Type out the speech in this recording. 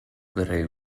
verrei